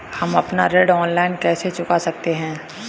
हम अपना ऋण ऑनलाइन कैसे चुका सकते हैं?